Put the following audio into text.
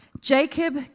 Jacob